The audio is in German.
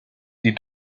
die